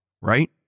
Right